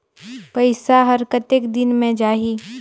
पइसा हर कतेक दिन मे जाही?